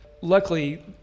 Luckily